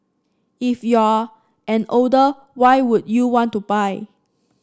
if you're an older why would you want to buy